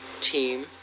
team